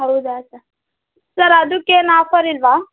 ಹೌದಾ sir sir ಅದಕ್ಕೇನ್ offer ಇಲ್ಲವಾ